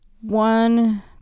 one